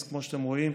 אז כמו שאתם רואים,